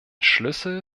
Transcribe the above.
schlüssel